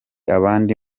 abandi